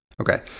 Okay